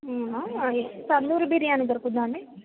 అవును మరి తందూరి బిర్యానీ దొరుకుతుందా అండి